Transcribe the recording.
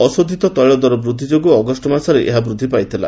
ଅଶୋଧତ ତୈଳ ଦର ବୃଦ୍ଧିଯୋଗୁଁ ଅଗଷ୍ଟ ମାସରେ ଏହା ବୃଦ୍ଧି ପାଇଥିଲା